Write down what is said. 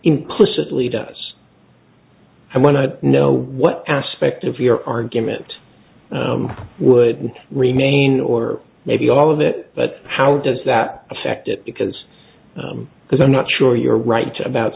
implicitly does i want to know what aspect of your argument would remain or maybe all of it but how does that affect it because because i'm not sure you're right about